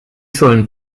sollen